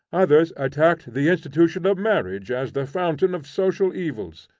others attacked the institution of marriage as the fountain of social evils.